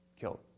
killed